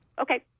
Okay